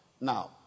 Now